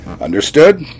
Understood